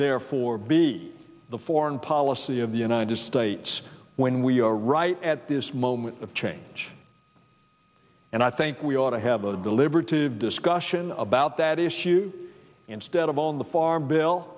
therefore be the foreign policy of the united states when we are right at this moment of change and i think we ought to have a deliberative discussion about that issue instead of on the farm bill